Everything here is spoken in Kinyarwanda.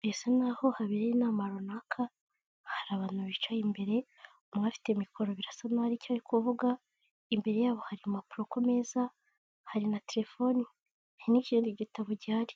Bisa nk'aho habereye inama runaka, hari abantu bicaye imbere, umwe afite mikoro birasa nkaho hari icyo ari kuvuga, imbere yabo hari impapuro ku meza hari na telefoni n'ikindi gitabo gihari,